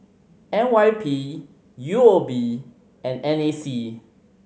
N Y P U O B and N A C